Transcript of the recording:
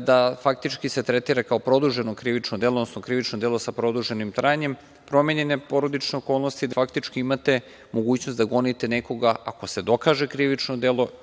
da faktički se tretira kao produženo krivično delo, odnosno krivično delo sa produženim trajanjem, promenjene porodične okolnosti gde vi faktički imate mogućnost da gonite nekoga, ako se dokaže krivično delo,